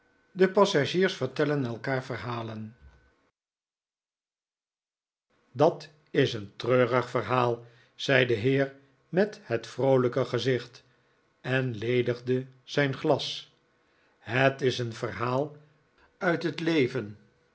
de vijf zusters wordt genoemd dat is een treurig verhaal zei de heer met het vroolijke gezicht en leegde zijn glas het is een verhaal uit het leven